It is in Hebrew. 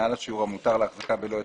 מעל השיעור המותר להחזקה בלא היתר,